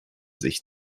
sich